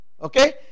Okay